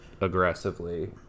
aggressively